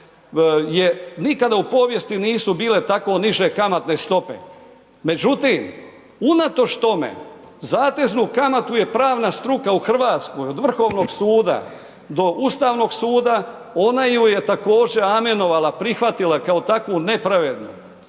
nikada u povijesti nisu bile tako niže kamatne stope, međutim, unatoč tome zateznu kamatu je pravna struka u RH, od Vrhovnog suda do Ustavnog suda ona ju je također amenovala, prihvatila kao takvu nepravednu.